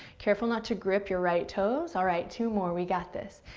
careful not to grip your right toes. alright, two more. we got this.